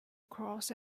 across